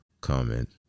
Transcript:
comment